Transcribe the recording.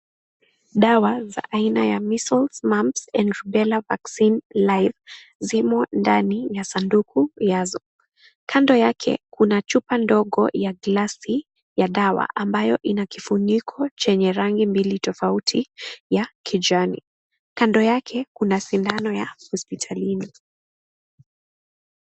Dawa za aina ya Measles, Mumps and Rubella vaccine live zimo ndani ya sanduku yazo. Kando yake kuna chupa ndogo ya glasi ya dawa ambayo ina rangi mbili tofauti ya kijani. Kando yake kuna sindano ya hospitalini.